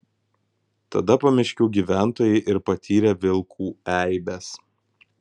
tada pamiškių gyventojai ir patyrė vilkų eibes